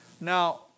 Now